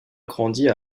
grandit